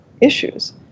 issues